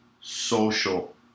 social